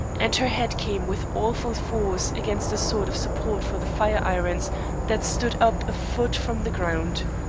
and her head came with awful force against a sort of support for the fire-irons that stood up a foot from the ground.